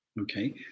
okay